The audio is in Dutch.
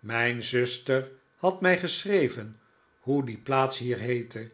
mijn zuster had mij geschreven hoe die plaats hier heette